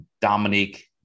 Dominique